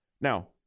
Now